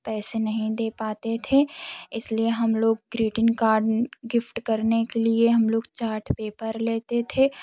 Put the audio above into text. पैसे नहीं दे पाते थे इसलिए हम लोग ग्रीटिंग कार्ड गिफ्ट करने के लिए हम लोग चाट पेपर लेते थे